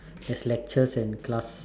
there's lectures and class